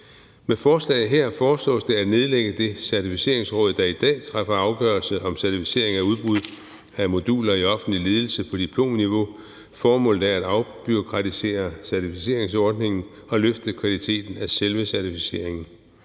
Med forslaget her foreslås det at nedlægge det Certificeringsråd, der i dag træffer afgørelse om certificering af udbud af moduler i offentlig ledelse på diplomniveau. Formålet er at afbureaukratisere certificeringsordningen og løfte kvaliteten af selve certificeringen.